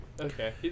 Okay